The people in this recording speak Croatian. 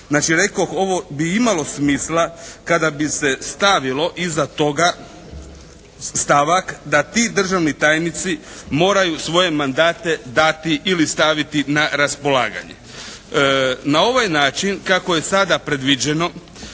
Znači rekoh ovo bi imalo smisla kada bi se stavilo iza toga stavak da ti državni tajnici moraju svoje mandate dati ili staviti na raspolaganje. Na ovaj način kako je sada predviđeno